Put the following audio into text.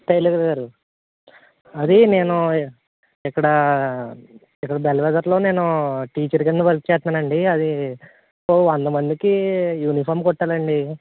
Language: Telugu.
టైలర్ గారు అదీ నేను ఇక్కడా ఇక్కడ బెల్వెదర్లో నేను టీచర్ కింద వర్క్ చేస్తున్నానండి అదీ ఓ వంద మందికి యూనిఫామ్ కుట్టాలండి